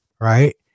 right